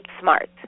smart